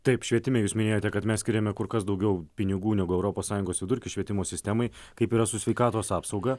taip švietime jus minėjote kad mes skiriame kur kas daugiau pinigų negu europos sąjungos vidurkis švietimo sistemai kaip yra su sveikatos apsauga